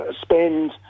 spend